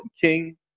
King